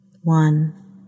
One